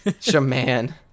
Shaman